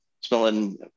smelling